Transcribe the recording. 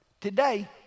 Today